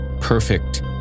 Perfect